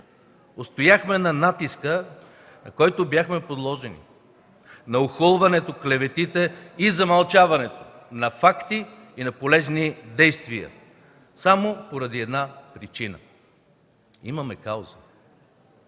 Устояхме на натиска, на който бяхме подложени, на охулването, клеветите и замълчаването на факти и на полезни действия само поради една причина – имаме кауза.